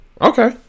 okay